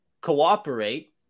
cooperate